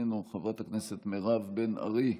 איננו, חברת הכנסת מירב בן ארי,